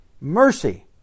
mercy